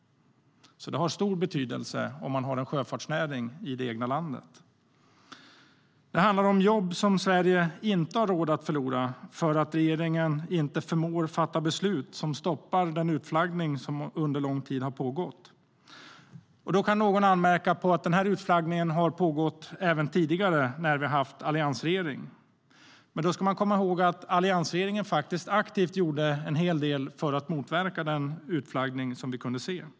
Det har alltså stor betydelse om man har en sjöfartsnäring i det egna landet. Det handlar om jobb som Sverige inte har råd att förlora för att regeringen inte förmår fatta beslut som stoppar den utflaggning som har pågått under lång tid. Då kan någon anmärka på att utflaggningen pågick även tidigare, när vi hade en alliansregering. Men man ska komma ihåg att alliansregeringen gjorde en hel del för att motverka den utflaggning som vi kunde se.